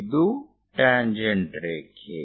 ಇದು ಟ್ಯಾಂಜೆಂಟ್ ರೇಖೆ